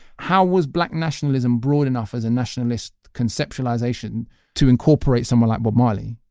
how was black nationalism broad enough as a nationalist conceptualisation to incorporate someone like bob marley,